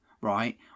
right